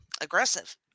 aggressive